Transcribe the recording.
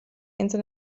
inseln